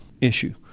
issue